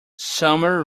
summer